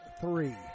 three